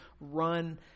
run